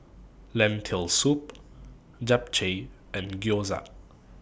Lentil Soup Japchae and Gyoza